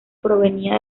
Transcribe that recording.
provenía